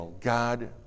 God